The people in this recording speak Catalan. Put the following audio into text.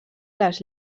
les